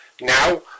Now